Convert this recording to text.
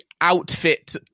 Outfit